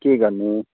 के गर्ने